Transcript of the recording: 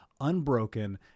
unbroken